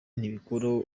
ntibikuraho